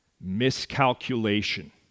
miscalculation